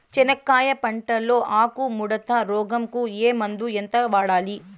చెనక్కాయ పంట లో ఆకు ముడత రోగం కు ఏ మందు ఎంత వాడాలి?